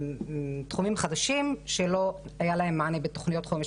תחומים שלא היה להם מענה בתוכניות חומש